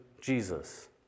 Jesus